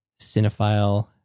cinephile